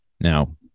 Now